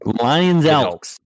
Lions-Elks